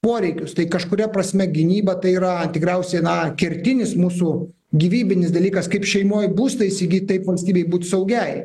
poreikius tai kažkuria prasme gynyba tai yra tikriausiai na kertinis mūsų gyvybinis dalykas kaip šeimoj būstą įsigyti taip valstybei būti saugiai